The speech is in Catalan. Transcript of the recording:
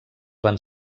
van